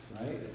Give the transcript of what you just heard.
right